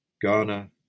Ghana